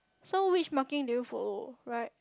so which marking do you follow right